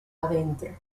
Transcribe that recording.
adentro